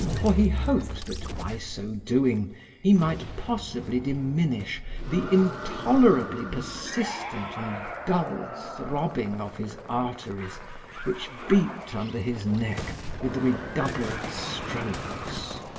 for he hoped that by so doing he might possibly diminish the intolerably persistent and dull throbbing of his arteries which beat under his neck with redoubled strokes.